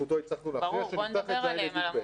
שבזכותו הצלחנו להכריע שנפתח את ז' עד י"ב.